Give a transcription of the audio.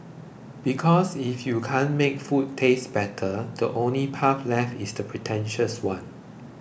because if you can't make food taste better the only path left is the pretentious one